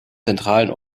zentralen